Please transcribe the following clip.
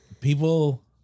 people